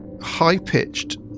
high-pitched